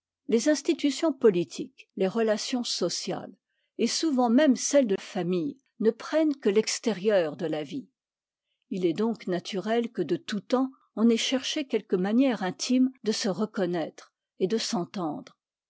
les institutions politiques les relations sociales et souvent même celles de famille ne prennent que l'extérieur de la vie il est donc naturel que de tout temps on ait cherché quelque manière intime de se reconnaître et de s'entendre